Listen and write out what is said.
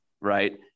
right